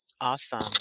awesome